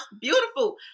beautiful